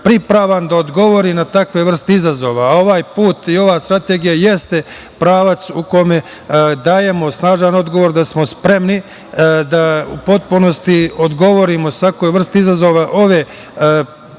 da odgovori na takve vrste izazova. Ovaj put i ova strategija jeste pravac u kome dajemo snažan odgovor da smo spremni da u potpunosti odgovorimo svakoj vrsti izazova ove